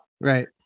Right